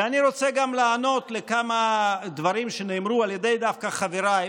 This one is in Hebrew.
ואני רוצה גם לענות לכמה דברים שנאמרו דווקא על ידי חבריי.